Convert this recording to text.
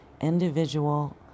individual